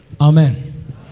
Amen